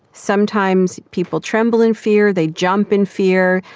sometimes people tremble in fear, they jump in fear,